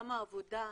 גם העבודה,